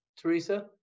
Teresa